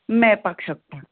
मेळपाक शकता